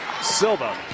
Silva